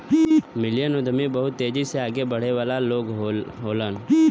million उद्यमी बहुत तेजी से आगे बढ़े वाला लोग होलन